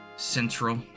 Central